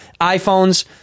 iPhones